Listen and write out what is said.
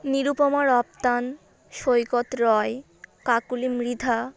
নিরুপমা রপ্তান সৈকত রয় কাকলী মৃধা